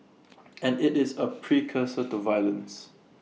and IT is A precursor to violence